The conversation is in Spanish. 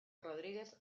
rodríguez